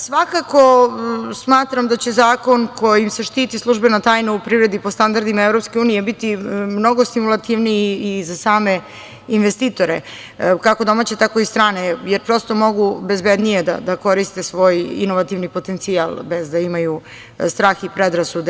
Svakako, smatram da će zakon kojim se štiti službena tajna u privredi po standardima EU biti mnogo stimulativniji i za same investitore, kako domaće tako i strane, jer mogu bezbednije da koriste svoji inovativni potencijal, bez da imaju strah i predrasude.